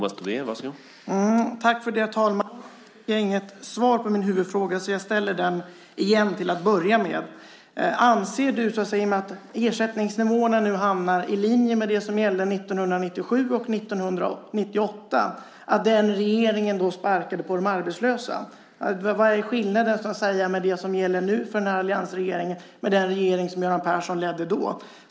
Herr talman! Jag fick inget svar på min huvudfråga, så jag ställer den igen till att börja med. Ersättningsnivåerna hamnar nu i linje med det som gällde 1997 och 1998. Anser du att den regeringen då sparkade på de arbetslösa? Vad är skillnaden mellan det som gäller nu med alliansregeringen och det som gällde med den regering som Göran Persson ledde då?